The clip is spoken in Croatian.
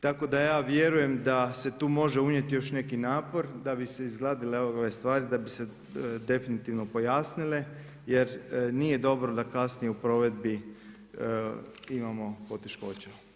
Tako da ja vjerujem da se tu može unijeti još neki napor da bi se izgladile ove stvari, da bi se definitivno pojasnile jer nije dobro da kasnije u provedbi imamo poteškoća.